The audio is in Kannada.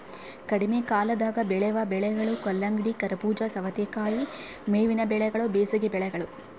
ಕಡಿಮೆಕಾಲದಾಗ ಬೆಳೆವ ಬೆಳೆಗಳು ಕಲ್ಲಂಗಡಿ, ಕರಬೂಜ, ಸವತೇಕಾಯಿ ಮೇವಿನ ಬೆಳೆಗಳು ಬೇಸಿಗೆ ಬೆಳೆಗಳು